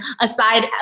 aside